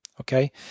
Okay